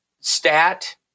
stat